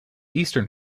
eastern